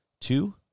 Two